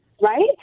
right